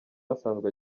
asanzwe